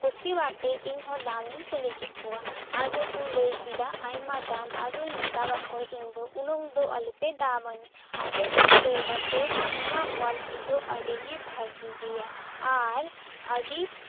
ᱠᱩᱥᱤᱭᱟᱜ ᱛᱮᱧ ᱤᱧ ᱦᱚᱸ ᱫᱟᱢᱤᱧ ᱠᱩᱞᱤ ᱠᱮᱫ ᱠᱚᱣᱟ ᱟᱫᱚ ᱠᱚ ᱞᱟᱹᱭ ᱠᱮᱫᱟ ᱟᱭᱢᱟ ᱫᱟᱢ ᱟᱫᱚᱧ ᱢᱮᱛᱟᱣᱟᱫ ᱠᱚᱣᱟ ᱤᱧ ᱫᱚ ᱩᱱᱟᱹᱝ ᱫᱚ ᱟᱞᱚᱯᱮ ᱫᱟᱢ ᱟᱹᱧᱟᱹ ᱟᱫᱚ ᱠᱚ ᱞᱟᱹᱭ ᱮᱫᱟ ᱥᱮ ᱱᱚᱣᱟ ᱠᱳᱭᱟᱞᱤᱴᱤ ᱫᱚ ᱟᱹᱰᱤ ᱜᱮ ᱵᱷᱟᱜᱮ ᱜᱮᱭᱟ ᱟᱨ ᱟᱹᱰᱤ